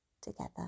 together